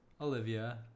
Olivia